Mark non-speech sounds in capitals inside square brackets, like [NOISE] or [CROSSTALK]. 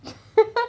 [LAUGHS]